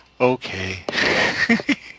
Okay